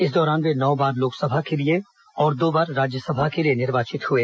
इस दौरान वे नौ बार लोकसभा के लिए और दो बार राज्यसभा के लिए निर्वाचित हुए